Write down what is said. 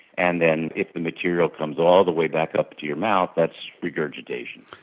and then if the material comes all the way back up to your mouth, that's regurgitation.